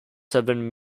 seven